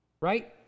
Right